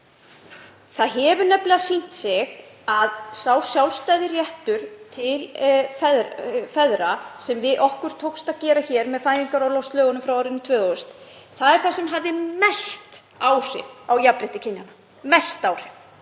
Það hefur nefnilega sýnt sig að sá sjálfstæði réttur til feðra sem okkur tókst að skapa hér með fæðingarorlofslögunum frá árinu 2000 er það sem hafði mest áhrif á jafnrétti kynja. Auðvitað